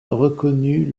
reconnue